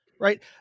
right